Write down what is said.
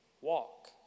walk